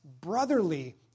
brotherly